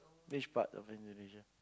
which part of Indonesia